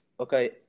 Okay